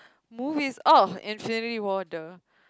movies oh Infinity-War [duh]